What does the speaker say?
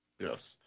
Yes